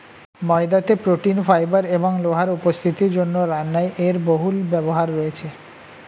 ময়দাতে protein, fibre এবং লোহার উপস্থিতির জন্য রান্নায় এর বহুল ব্যবহার রয়েছে